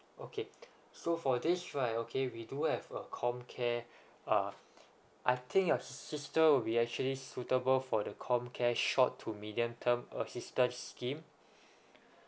okay so for this right okay we do have a comcare uh I think your sister will be actually suitable for the comcare short to medium term assistance scheme